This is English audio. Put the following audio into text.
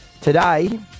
today